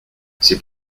c’est